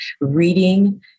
Reading